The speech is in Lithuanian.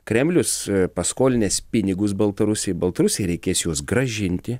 kremlius paskolinęs pinigus baltarusijai baltarusijai reikės juos grąžinti